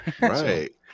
right